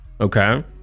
Okay